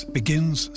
begins